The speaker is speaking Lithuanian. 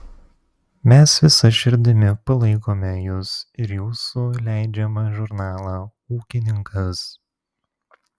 mes visa širdimi palaikome jus ir jūsų leidžiamą žurnalą ūkininkas